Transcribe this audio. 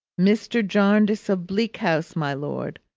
mr. jarndyce of bleak house, my lord,